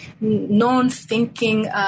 non-thinking